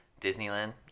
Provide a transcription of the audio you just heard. Disneyland